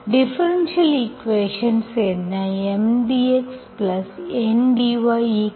differential equations என்ன M dxN dy0